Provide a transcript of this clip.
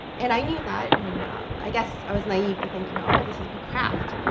and i knew that, and i guess i was naive to think, you know oh, this is my craft.